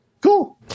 Cool